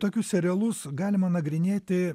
tokius serialus galima nagrinėti